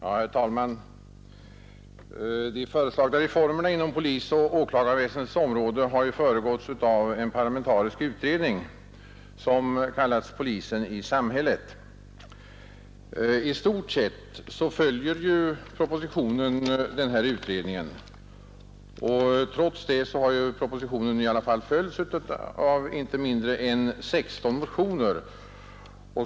Herr talman! De föreslagna reformerna på polisoch åklagarväsendets område har ju föregåtts av en parlamentarisk utredning som kallas Polisen i samhället. I stort sett följer propositionen denna utredning. Trots detta har propositionen föranlett inte mindre än 16 motioner.